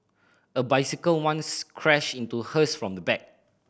a bicycle once crashed into hers from the back